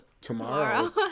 tomorrow